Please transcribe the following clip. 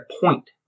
point